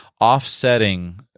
offsetting